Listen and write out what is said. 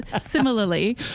similarly